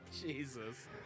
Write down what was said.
Jesus